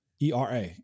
ERA